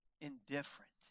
indifferent